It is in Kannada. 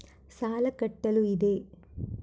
ಸಾಲ ಕಟ್ಟಲು ಇದೆ